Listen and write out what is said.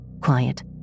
quiet